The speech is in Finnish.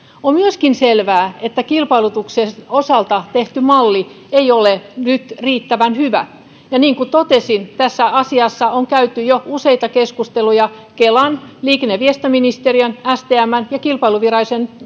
on myöskin selvää että kilpailutuksen osalta tehty malli ei ole nyt riittävän hyvä ja niin kuin totesin tässä asiassa on käyty jo useita keskusteluja kelan liikenne ja viestintäministeriön stmn ja kilpailuviranomaisen